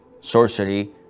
sorcery